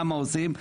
למה עושים.